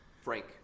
Frank